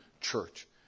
church